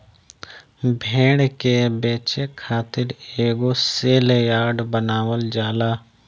भेड़ के बेचे खातिर एगो सेल यार्ड बनावल जाला